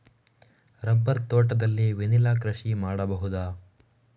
Rubber ತೋಟದಲ್ಲಿ vanilla ಕೃಷಿ ಮಾಡಬಹುದಾ?